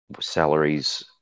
salaries